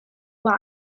wise